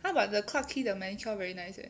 !huh! but the clarke quay the manicure very nice leh